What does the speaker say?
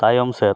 ᱛᱟᱭᱚᱢ ᱥᱮᱫ